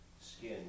skin